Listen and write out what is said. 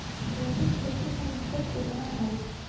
जैविक खेती में लागत कितना आई?